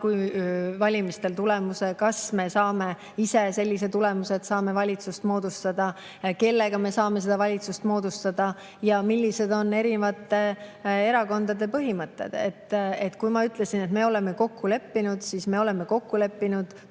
valimistel [hea] tulemuse, kas me saame ise sellise tulemuse, et saaksime valitsust moodustada, kellega me saaksime valitsust moodustada ja millised on erinevate erakondade põhimõtted. Kui ma ütlesin, et me oleme kokku leppinud, siis see tähendas,